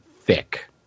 thick